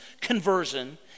conversion